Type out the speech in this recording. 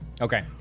Okay